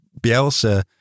Bielsa